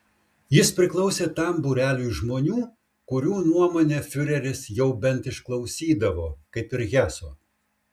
jis priklausė tam būreliui žmonių kurių nuomonę fiureris jau bent išklausydavo kaip ir heso